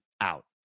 out